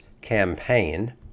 campaign